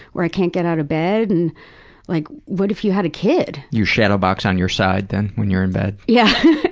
where i can't get out of bed and like, what if you had a kid? you shadow box on your side then, when you're in bed? yeah